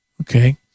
Okay